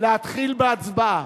להתחיל בהצבעה.